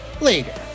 later